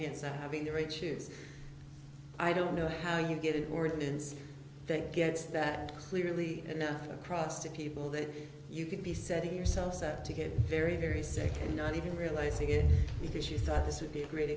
hands having the right shoes i don't know how you get warrants that gets that clearly enough across to people that you could be setting yourself up to get very very sick and not even realizing it because you thought this would be a great